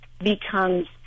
becomes